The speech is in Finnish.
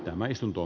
tämä istunto